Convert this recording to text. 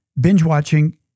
binge-watching